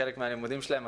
כחלק מהלימודים שלהם,